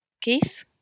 Keith